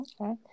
Okay